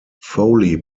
foley